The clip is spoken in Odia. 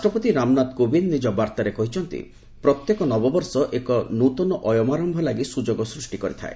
ରାଷ୍ଟ୍ରପତି ରାମନାଥ କୋବିନ୍ଦ ନିଜ ବାର୍ତ୍ତାରେ କହିଛନ୍ତି ପ୍ରତ୍ୟେକ ନବବର୍ଷ ଏକ ନ୍ତନ ଅୟମାରମ୍ଭ ଲାଗି ସୁଯୋଗ ସୃଷ୍ଟି କରିଥାଏ